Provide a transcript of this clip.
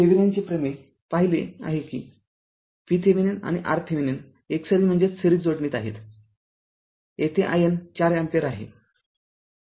थेव्हिनिनचे प्रमेय पाहिले आहे की VThevenin आणि RThevenin एकसरी जोडणीत आहेतयेथे IN ४ अँपिअर आहे